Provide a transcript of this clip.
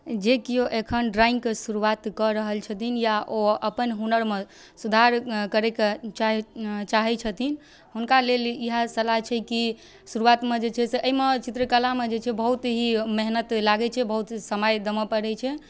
जे केओ एखन ड्रॉइङ्गके शुरुआत कऽ रहल छथिन या ओ अपन हुनरमे सुधार करैके चाहै छथिन हुनका लेल इएह सलाह छै कि शुरुआतसँ जे छै से एहिमे चित्रकलामे जे छै से बहुत ही मेहनति लागै छै बहुत समय देबऽ पड़ै छै